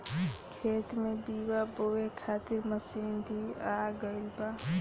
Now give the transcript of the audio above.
खेत में बीआ बोए खातिर मशीन भी आ गईल बा